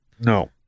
no